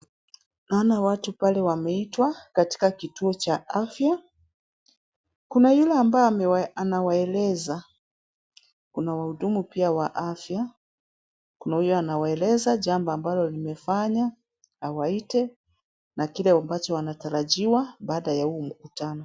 Naona watu pale wameitwa katika kituo cha afya. Kuna yule ambaye anawaeleza. Kuna wahudumu pia wa afya. Kuna huyu anawaeleza jambo ambalo limefanya awaite, na kile ambacho wanatarajiwa baada ya huu mkutano.